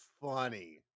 funny